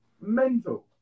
Mental